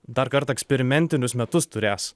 dar kartą eksperimentinius metus turės